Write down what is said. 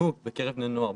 אובדנות בקרב בני נוער בשטח.